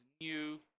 new